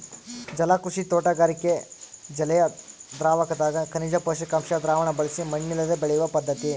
ಜಲಕೃಷಿ ತೋಟಗಾರಿಕೆ ಜಲಿಯದ್ರಾವಕದಗ ಖನಿಜ ಪೋಷಕಾಂಶ ದ್ರಾವಣ ಬಳಸಿ ಮಣ್ಣಿಲ್ಲದೆ ಬೆಳೆಯುವ ಪದ್ಧತಿ